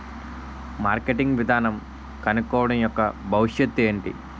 Marketing విధానం కనుక్కోవడం యెక్క భవిష్యత్ ఏంటి?